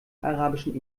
arabischen